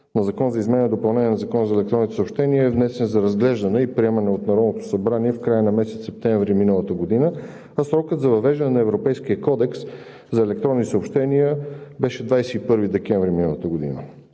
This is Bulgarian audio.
на Закона за изменение и допълнение на Закона за електронните съобщения е внесен за разглеждане и приемане от Народното събрание в края на месец септември миналата година, а срокът за въвеждане на Европейския кодекс за електронни съобщения беше 21 декември миналата година.